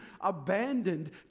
abandoned